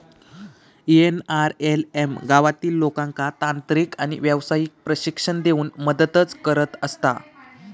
NRLM गावातील लोकांका तांत्रिक आणि व्यावसायिक प्रशिक्षण देऊन मदतच करत असता